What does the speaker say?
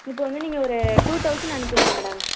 இப்போ வந்து நீங்கள் ஒரு டூ தௌசண்ட் அனுப்பிடுங்க மேடம்